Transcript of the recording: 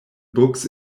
books